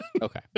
Okay